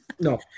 no